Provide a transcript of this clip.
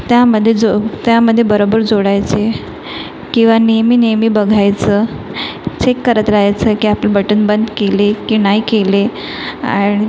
त्यामध्ये जो त्यामध्ये बरोबर जोडायचे किंवा नेहमी नेहमी बघायचं चेक करत रायचं की आपलं बटन बंद केले की नाही केले आणि